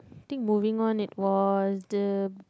think moving on it was the